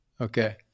Okay